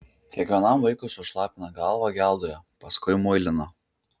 kiekvienam vaikui sušlapina galvą geldoje paskui muilina